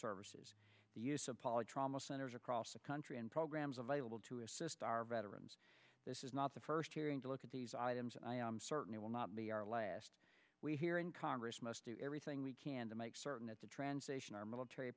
services the use of poly trauma centers across the country and programs available to assist our veterans this is not the first hearing to look at these items and i am certain it will not be our last we here in congress must do everything we can to make certain that the transition our military